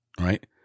right